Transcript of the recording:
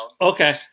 okay